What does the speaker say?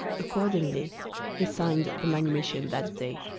accordingly he signed the manumission that day,